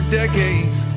decades